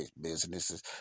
businesses